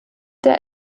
der